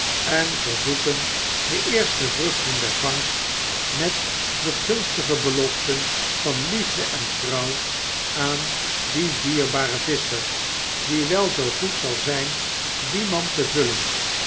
en verzoeken de eerste vruchten der vangst met de gunstigste beloften van liefde en trouw aan dien dierbaren visscher die wel zoo goed zal zjjn die mand te vullen